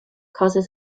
causes